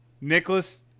Nicholas